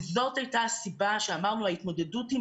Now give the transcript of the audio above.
זאת הייתה הסיבה שאמרנו ההתמודדות עם